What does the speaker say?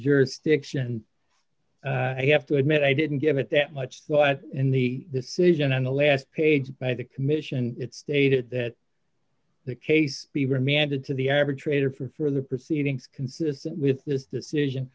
jurisdiction you have to admit i didn't give it that much thought in the sudan and the last page by the commission it stated that the case be remanded to the average traitor for further proceedings consistent with this decision